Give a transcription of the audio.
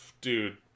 dude